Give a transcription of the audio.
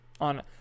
on